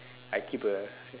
I keep a